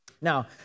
Now